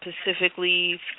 specifically